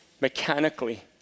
mechanically